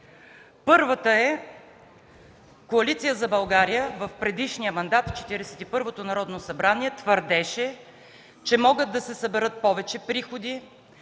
Първата е, Коалиция за България в предишния мандат – Четиридесет и първото Народно събрание, твърдеше, че могат да се съберат повече приходи